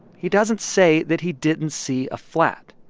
he doesn't say that he didn't see a flat.